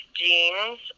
jeans